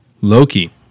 Loki